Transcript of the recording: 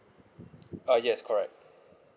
ah yes correct